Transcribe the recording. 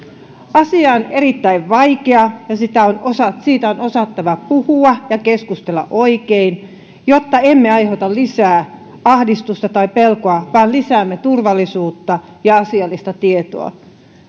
asia on erittäin vaikea ja siitä on osattava puhua ja keskustella oikein jotta emme aiheuta lisää ahdistusta tai pelkoa vaan lisäämme turvallisuutta ja asiallista tietoa